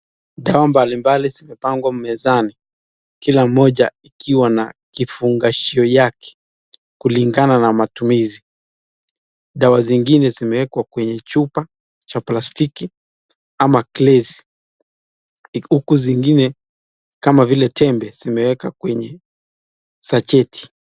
Dawa mbalimbali zimepangwa mezani, kila moja ikiwa na kifungashio yake kulingana na matumizi. Dawa zingine zimewekwa kwenye chupa cha plastiki ama gless huku zingine kama vile tembe zimewekwa kwenye sacheti.